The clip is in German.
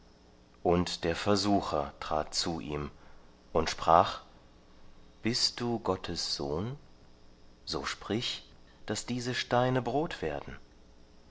und der versucher trat zu ihm und sprach bist du gottes sohn so sprich daß diese steine brot werden